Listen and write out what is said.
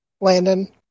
Landon